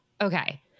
okay